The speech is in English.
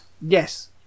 Yes